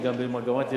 הם גם במגמת ירידה,